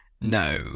No